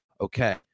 Okay